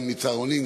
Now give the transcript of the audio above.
גם מצהרונים,